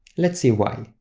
let's see why.